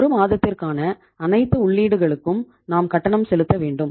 ஒரு மாதத்திற்கான அனைத்து உள்ளீடு களுக்கும் நாம் கட்டணம் செலுத்த வேண்டும்